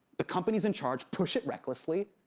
the companies in charge push it recklessly,